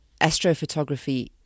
astrophotography